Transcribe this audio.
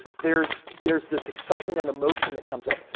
there's. there's this excitement and emotion that comes up.